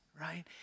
right